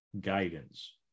guidance